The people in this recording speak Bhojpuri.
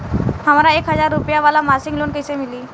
हमरा एक हज़ार रुपया वाला मासिक लोन कईसे मिली?